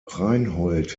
reinhold